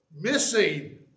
Missing